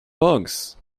bugs